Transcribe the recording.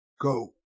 go